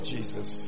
Jesus